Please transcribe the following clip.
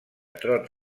trot